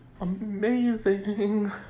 amazing